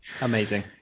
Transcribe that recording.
Amazing